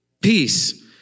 Peace